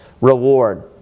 reward